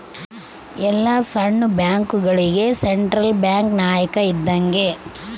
ಎಲ್ಲ ಸಣ್ಣ ಬ್ಯಾಂಕ್ಗಳುಗೆ ಸೆಂಟ್ರಲ್ ಬ್ಯಾಂಕ್ ನಾಯಕ ಇದ್ದಂಗೆ